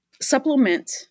Supplement